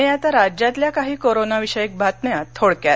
आणि आता राज्यातल्या काही कोरोना विषयक बातम्या संक्षिप्त